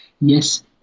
Yes